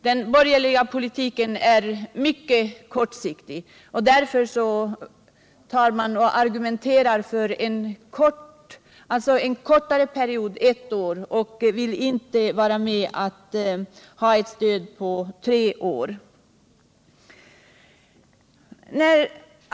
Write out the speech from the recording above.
Den borgerliga politiken är mycket kortsiktig, därför argumenterar man för en kortare period — ett år 127 — och vill inte vara med om att ha ett stöd på tre år.